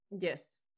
Yes